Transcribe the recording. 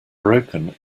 broken